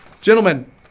gentlemen